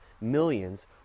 millions